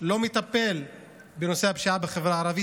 ולא מטפל בנושא הפשיעה בחברה הערבית?